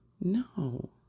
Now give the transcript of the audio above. No